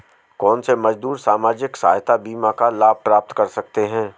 कौनसे मजदूर सामाजिक सहायता बीमा का लाभ प्राप्त कर सकते हैं?